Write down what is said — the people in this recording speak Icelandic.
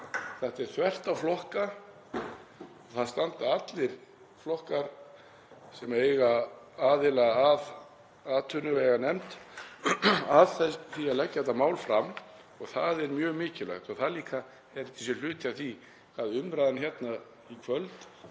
þetta er þvert á flokka og það standa allir flokkar sem eiga aðild að atvinnuveganefnd að því að leggja þetta mál fram og það er mjög mikilvægt. Það er líka, held ég, hluti af því hvað umræðan hérna í kvöld